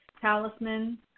talisman